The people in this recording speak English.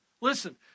Listen